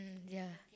mm ya